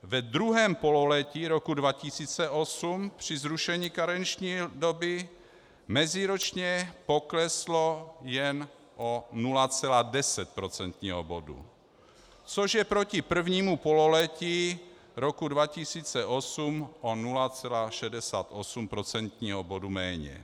Ve druhém pololetí roku 2008 při zrušení karenční doby meziročně pokleslo jen o 0,10 procentního bodu, což je proti prvnímu pololetí roku 2008 o 0,68 procentního bodu méně.